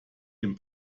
dem